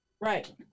right